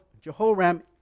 Jehoram